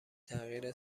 تغییر